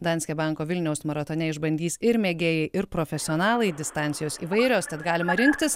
danske banko vilniaus maratone išbandys ir mėgėjai ir profesionalai distancijos įvairios tad galima rinktis